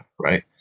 Right